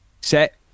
set